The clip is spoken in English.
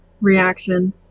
reaction